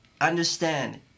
understand